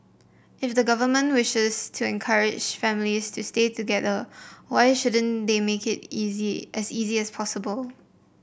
if the government wishes to encourage families to stay together why shouldn't they make it easy as easy as possible